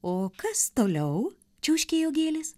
o kas toliau čiauškėjo gėlės